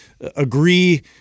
agree